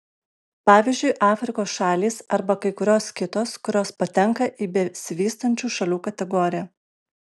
pavyzdžiui afrikos šalys arba kai kurios kitos kurios patenka į besivystančių šalių kategoriją